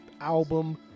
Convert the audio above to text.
album